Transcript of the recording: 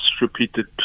repeated